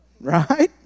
Right